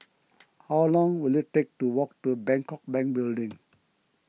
how long will it take to walk to Bangkok Bank Building